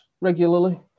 regularly